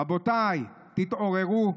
רבותיי, תתעוררו.